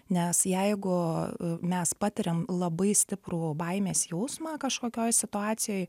nes jeigu mes patiriam labai stiprų baimės jausmą kažkokioj situacijoj